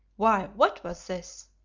why, what was this?